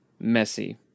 messy